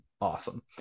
awesome